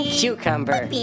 cucumber